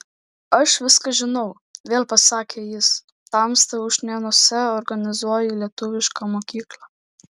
aš viską žinau vėl pasakė jis tamsta ušnėnuose organizuoji lietuvišką mokyklą